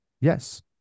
Yes